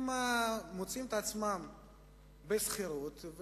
הם מוצאים עצמם בשכירות,